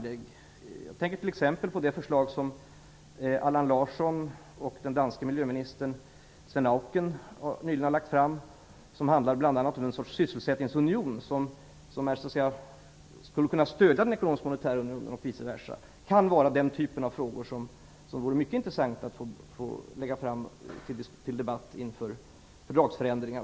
Jag tänker t.ex. på det förslag som Allan Larsson och den danske miljöministern Svend Auken nyligen har lagt fram, som bl.a. handlar om en sorts sysselsättningsunion som skulle kunna stödja den ekonomiska och monetära unionen och vice versa. Det kan vara den typen av frågor som det vore mycket intressant att lägga fram till debatt inför fördragsförändringar.